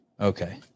Okay